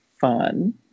fun